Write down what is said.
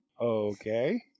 Okay